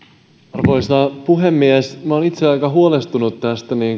arvoisa puhemies olen itse aika huolestunut tästä